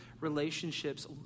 relationships